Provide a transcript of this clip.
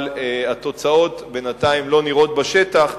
אבל התוצאות בינתיים לא נראות בשטח.